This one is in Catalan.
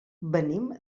venim